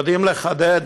יודעים לחדד